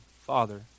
Father